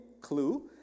Clue